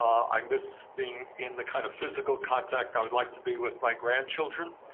i miss being in the kind of physical contact i would like to be with my grandchildren.